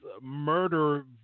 murder